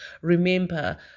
Remember